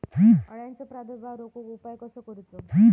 अळ्यांचो प्रादुर्भाव रोखुक उपाय कसो करूचो?